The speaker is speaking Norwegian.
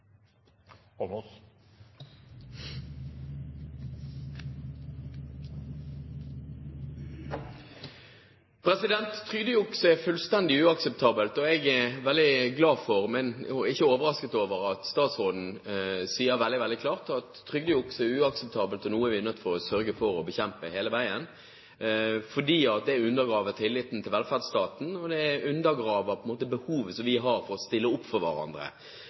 er veldig glad for, og ikke overrasket over, at statsråden sier veldig, veldig klart at trygdejuks er uakseptabelt og noe vi er nødt til å sørge for å bekjempe hele veien, fordi det undergraver tilliten til velferdsstaten, og det undergraver på en måte behovet som vi har for å stille opp for hverandre.